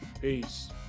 Peace